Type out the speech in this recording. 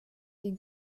den